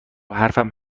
حرفم